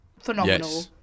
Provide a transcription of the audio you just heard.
Phenomenal